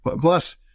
Plus